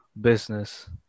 business